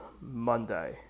Monday